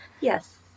Yes